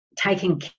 taking